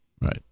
Right